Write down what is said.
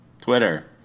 Twitter